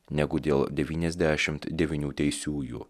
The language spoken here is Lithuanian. negu dėl devyniasdešimt devynių teisiųjų